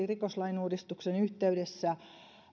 rikoslain uudistuksen yhteydessä